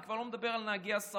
אני כבר לא מדבר על נהגי הסעות,